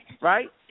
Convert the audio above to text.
Right